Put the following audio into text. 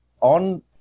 on